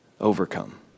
overcome